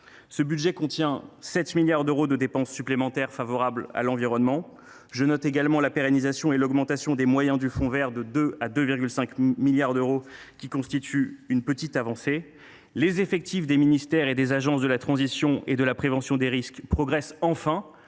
Ce budget contient 7 milliards d’euros de dépenses supplémentaires favorables à l’environnement. J’y note également la pérennisation et l’augmentation des moyens du fonds vert, qui sont portés de 2 milliards à 2,5 milliards d’euros, ce qui constitue une petite avancée. Les effectifs des ministères et des agences de la transition et de la prévention des risques progressent enfin,